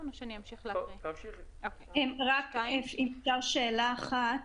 רק שאלה אחת